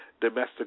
domestic